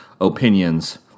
opinions